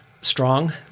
strong